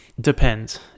depends